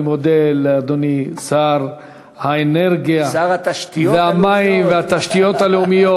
אני מודה לאדוני שר האנרגיה והמים והתשתיות הלאומיות